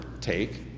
take